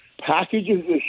packages